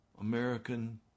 American